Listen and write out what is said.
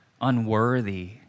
unworthy